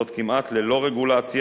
זאת כמעט ללא רגולציה,